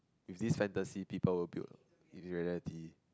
with this fantasy people will built a reality